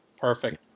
Perfect